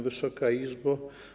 Wysoka Izbo!